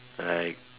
like